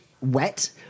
wet